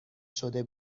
شده